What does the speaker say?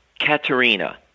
Katerina